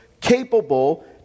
capable